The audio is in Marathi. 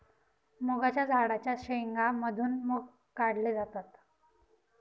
मुगाच्या झाडाच्या शेंगा मधून मुग काढले जातात